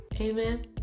Amen